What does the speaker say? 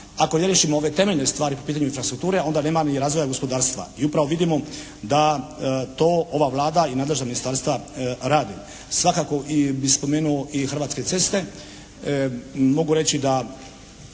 ako ne riješimo ove temeljne stvari po pitanju infrastrukture onda nema ni razvoja gospodarstva. I upravo vidimo da to ova Vlada i nadležna ministarstva rade. Svakako bih spomenuo i Hrvatske ceste. Mogu reći da